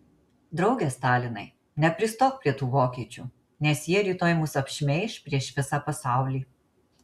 drauge stalinai nepristok prie tų vokiečių nes jie rytoj mus apšmeiš prieš visą pasaulį